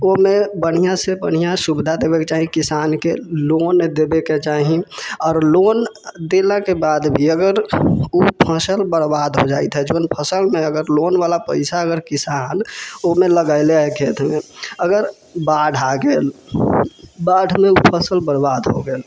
ओहिमे बढ़िआँसँ बढ़िआँ सुविधा देबैके चाही किसानके लोन देबैके चाही आरो लोन देलाके बाद भी अगर उ फसल बर्बाद हो जाइत है तऽ जोन फसलमे अगर लोनवला पैसा अगर किसान ओयमे लगेलै हय खेतमे अगर बाढ़ि आबि गेल बाढ़िमे उ फसल बर्बाद हो गेल